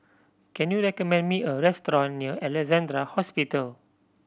can you recommend me a restaurant near Alexandra Hospital